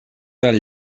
del